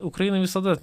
ukrainai visada